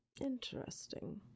Interesting